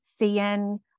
CN